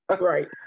Right